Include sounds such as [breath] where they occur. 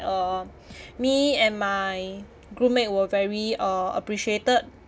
um [breath] me and my group mate were very uh appreciated